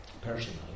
personally